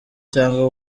cyangwa